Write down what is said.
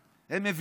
הם אנשים חכמים,